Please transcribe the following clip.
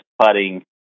putting